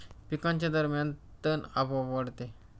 पिकांच्या दरम्यान तण आपोआप वाढते